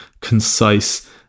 concise